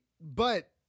but-